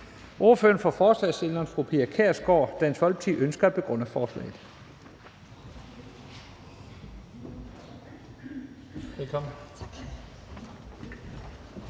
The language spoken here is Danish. Ordføreren for forslagsstillerne, fru Pia Kjærsgaard, Dansk Folkeparti, ønsker at begrunde forslaget. Velkommen.